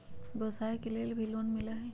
व्यवसाय के लेल भी लोन मिलहई?